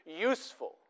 useful